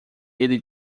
ele